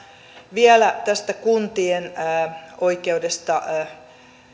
vielä tästä kuntien oikeudesta